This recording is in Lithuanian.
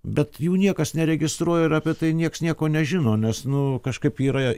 bet jų niekas neregistruoja ir apie tai nieks nieko nežino nes nu kažkaip yra